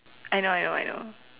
I know I know I know